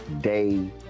day